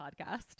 podcast